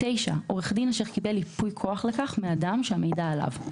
(9)עורך דין אשר קיבל ייפוי כוח לכך מהאדם שהמידע עליו,